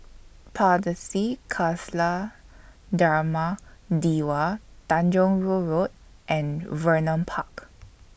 Pardesi Khalsa Dharmak Diwan Tanjong Rhu Road and Vernon Park